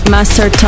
Master